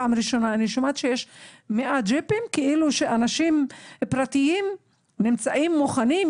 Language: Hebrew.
פעם ראשונה שאני שומעת שיש 100 ג'יפים שאנשים פרטיים נמצאים מוכנים,